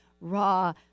raw